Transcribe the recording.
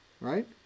right